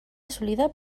assolida